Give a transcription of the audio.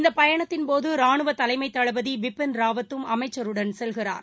இந்தப் பயணத்தின் போது ரானுவ தலைமைத் தளபதி பிபின் ராவத்தும் அமைச்சருடன் செல்கிறார்